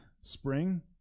spring